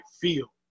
feel